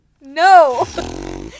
No